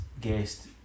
guest